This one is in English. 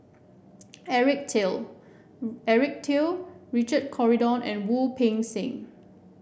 Eric Teo Eric Teo Richard Corridon and Wu Peng Seng